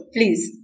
Please